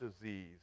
disease